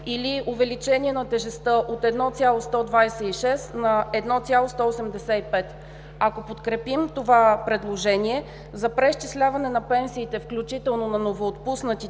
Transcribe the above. или увеличение на тежестта от 1,126 на 1,185. Ако подкрепим това предложение за преизчисляване на пенсиите, включително на новоотпуснатите,